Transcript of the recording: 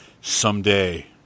someday –